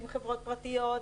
עם חברות פרטיות,